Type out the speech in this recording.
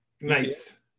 Nice